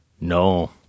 No